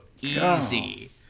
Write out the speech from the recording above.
Easy